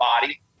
body